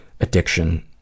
addiction